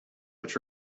which